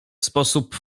sposób